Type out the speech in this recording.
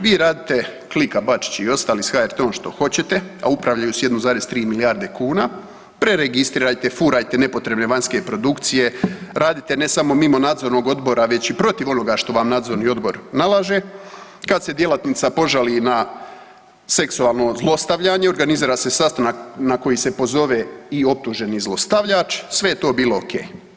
Vi radite klika Bačić i ostali iz HRT-om što hoćete a upravljaju s 1,3 milijarde kuna, preregistrirajte, furajte nepotrebne vanjske produkcije, radite ne samo mimo Nadzornog odbora već i protiv onoga što vam Nadzorni odbor nalaže, kad se djelatnica seksualno zlostavljanje, organizira se sastanak na koji se pozove i optuženi i zlostavljač, sve je to bilo ok.